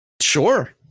Sure